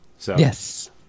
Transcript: Yes